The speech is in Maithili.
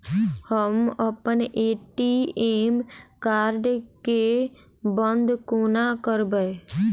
हम अप्पन ए.टी.एम कार्ड केँ बंद कोना करेबै?